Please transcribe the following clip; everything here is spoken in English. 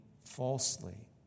falsely